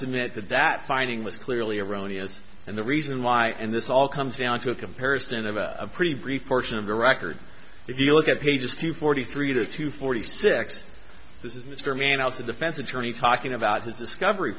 submit that that finding was clearly erroneous and the reason why and this all comes down to a comparison of a pretty brief portion of the record if you look at pages two forty three to two forty six this is mr mann i was the defense attorney talking about his discovery